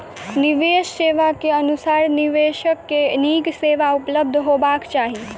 निवेश सेवा के अनुसार निवेशक के नीक सेवा उपलब्ध हेबाक चाही